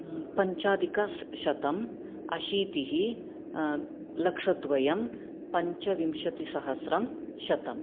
पञ्चाधिकशतम् अशीतिः लक्षद्वयं पञ्चविंशतिसहस्रं शतम्